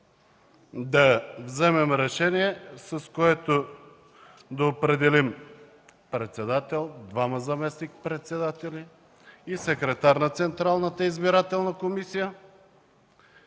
да вземем решение, с което да определим председател, двама заместник-председатели и секретар на Централната избирателна комисия